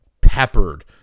peppered